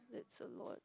that's a lot